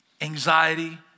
anxiety